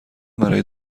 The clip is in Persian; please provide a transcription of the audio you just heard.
برای